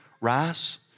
Rice